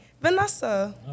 Vanessa